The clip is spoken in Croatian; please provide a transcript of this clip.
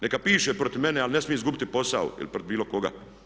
Neka piše protiv mene ali ne smije izgubiti posao, ili protiv bilo koga.